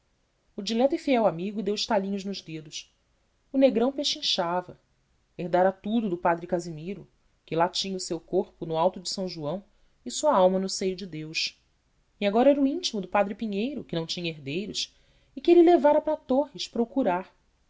o dileto e fiel amigo deu estalinhos nos dedos o negrão pechinchava herdara tudo do padre casimiro que lá tinha o seu corpo no alto de são joão e a sua alma no seio de deus e agora era o íntimo do padre pinheiro que não tinha herdeiros e que ele levara para torres